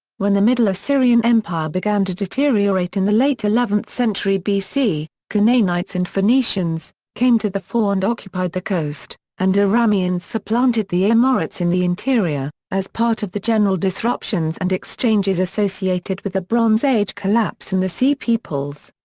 when the middle assyrian empire began to deteriorate in the late eleventh century bc, canaanites and phoenicians, came to the fore and occupied the coast, and arameans supplanted the amorites in the interior, as part of the general disruptions and exchanges associated with the bronze age collapse and the sea peoples.